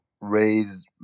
raise